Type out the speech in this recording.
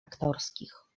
aktorskich